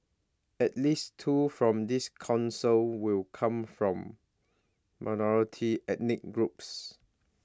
at least two from this Council will come from minority ethnic groups